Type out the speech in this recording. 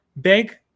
big